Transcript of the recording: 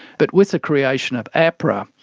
but with the creation of apra,